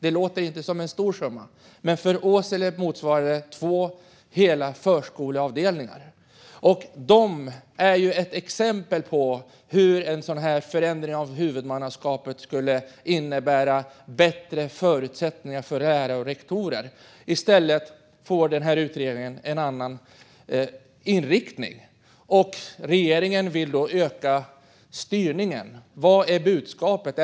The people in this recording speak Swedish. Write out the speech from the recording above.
Det låter inte som en stor summa, men för Åsele motsvarar det två hela förskoleavdelningar. En sådan summa är ett exempel på hur en förändring av huvudmannaskapet skulle innebära bättre förutsättningar för lärare och rektorer. I stället får utredningen en annan inriktning, och regeringen vill öka styrningen. Vad är budskapet?